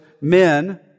men